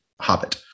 Hobbit